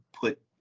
put